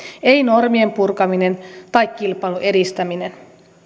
ei normien purkaminen tai kilpailun edistäminen